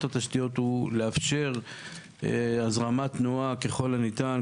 התשתיות הוא לאפשר הזרמת תנועה ככול הניתן,